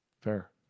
Fair